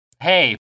Hey